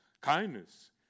kindness